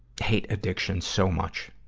hate addiction so much.